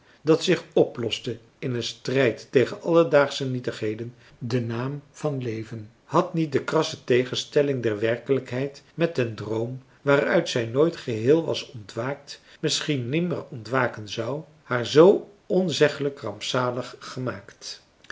dat zich oploste in een strijd tegen alledaagsche nietigheden den naam van leven had niet de krasse tegenstelling der werkelijkheid met den droom waaruit zij nooit geheel was ontwaakt misschien nimmer ontwaken zou haar zoo onzeglijk rampzalig gemaakt